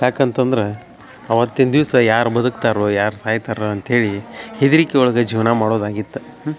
ಯಾಕಂತಂದ್ರ ಅವತ್ತಿನ ದಿವಸ ಯಾರು ಬದಕ್ತಾರೊ ಯಾರು ಸಾಯ್ತಾರೊ ಅಂತೇಳಿ ಹೆದರಿಕಿ ಒಳಗೆ ಜೀವನ ಮಾಡೋದಾಗಿತ್ತು